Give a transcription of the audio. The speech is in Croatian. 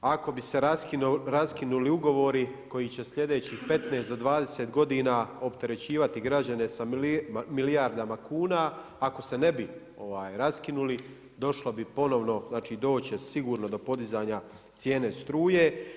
Ako bi se raskinuli ugovori koji će sljedećih 15 do 20 godina opterećivati građane sa milijardama kuna, ako se ne bi raskinuli došlo bi ponovno doće sigurno do podizanja cijene struje.